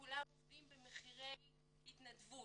כולם עובדים במחירי התנדבות,